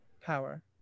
power